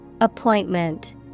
Appointment